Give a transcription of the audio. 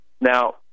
Now